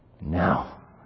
now